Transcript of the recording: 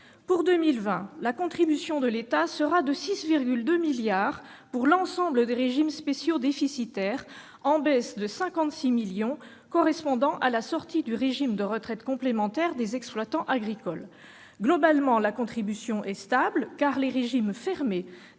Pour 2020, la contribution de l'État sera de 6,2 milliards d'euros pour l'ensemble des régimes spéciaux déficitaires, en baisse de 56 millions d'euros, ce qui correspond à la sortie du régime de retraite complémentaire des exploitants agricoles. Globalement, la contribution est stable, car les régimes fermés